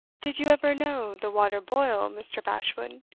did you ever know the water boil, mr. bashwood,